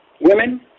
women